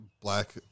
black